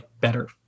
better